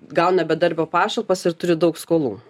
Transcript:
gauna bedarbio pašalpas ir turi daug skolų